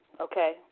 okay